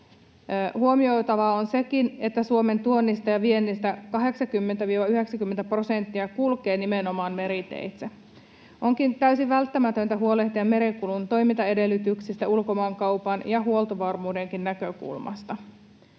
Huomioitavaa on sekin, että Suomen tuonnista ja viennistä 80—90 prosenttia kulkee nimenomaan meriteitse. Onkin täysin välttämätöntä huolehtia merenkulun toimintaedellytyksistä ulkomaankaupan ja huoltovarmuudenkin näkökulmasta.